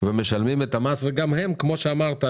ומשלמים את המס וגם הם כמו שאמרת,